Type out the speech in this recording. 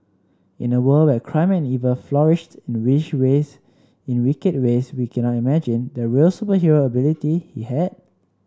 in a world where crime and evil flourished in the which in wicked ways we cannot imagine the real superhero ability he had